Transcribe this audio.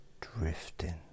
drifting